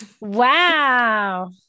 Wow